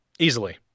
Easily